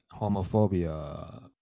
homophobia